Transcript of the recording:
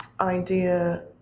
Idea